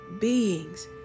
beings